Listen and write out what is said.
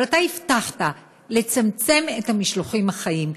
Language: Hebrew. אבל אתה הבטחת לצמצם את המשלוחים החיים.